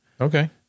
okay